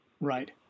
Right